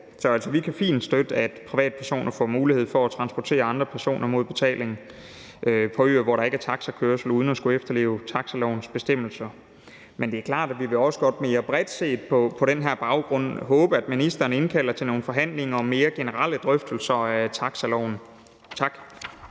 Så vi kan altså fint støtte, at privatpersoner får mulighed for at transportere andre personer mod betaling på øer, hvor der ikke er taxakørsel, uden at skulle efterleve taxilovens bestemmelser. Men det er også klart, at vi mere bredt set på den her baggrund godt vil håbe, at ministeren indkalder til nogle forhandlinger og mere generelle drøftelser af taxiloven. Tak.